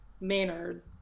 maynard